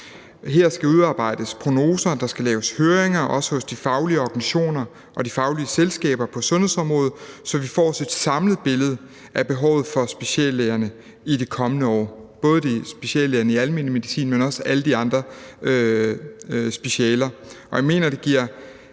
Her skal udarbejdes prognoser, og der skal laves høringer, også hos de faglige organisationer og de faglige selskaber på sundhedsområdet, så vi får et samlet billede af behovet for speciallægerne i de kommende år, både speciallægerne i almen medicin og alle de andre specialer.